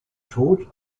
tod